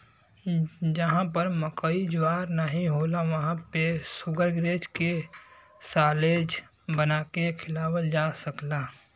जहां पर मकई ज्वार नाहीं होला वहां पे शुगरग्रेज के साल्लेज बना के खियावल जा सकला